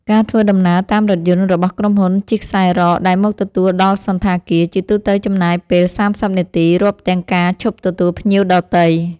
ការធ្វើដំណើរតាមរថយន្តរបស់ក្រុមហ៊ុនជិះខ្សែរ៉កដែលមកទទួលដល់សណ្ឋាគារ ជាទូទៅចំណាយពេល ៣០ នាទី រាប់ទាំងការឈប់ទទួលភ្ញៀវដទៃ។